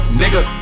nigga